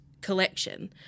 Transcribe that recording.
collection